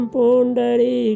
Pundari